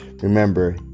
Remember